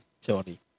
Sorry